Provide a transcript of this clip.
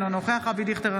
אינו נוכח אבי דיכטר,